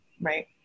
Right